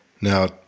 Now